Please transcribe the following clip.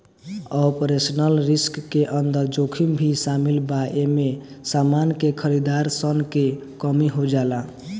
operational risk के अंदर जोखिम भी शामिल बा एमे समान के खरीदार सन के कमी हो जाला